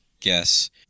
guess